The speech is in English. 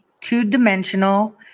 two-dimensional